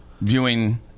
viewing